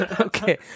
Okay